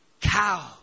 Cow